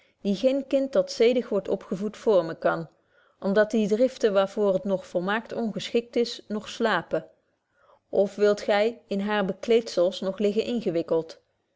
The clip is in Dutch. die geen kind dat zedig wordt opgevoed vormen kan om dat die driften waar voor het nog volmaakt ongeschikt is nog slapen of wilt gy in hare bekleedzels nog liggen ingewikkeld